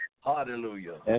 Hallelujah